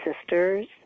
sisters